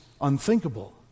unthinkable